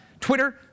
Twitter